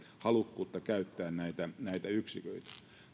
halukkuutta käyttää näitä näitä yksiköitä